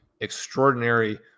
extraordinary